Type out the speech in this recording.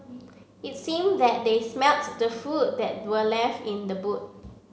it seemed that they smelts the food that were left in the boot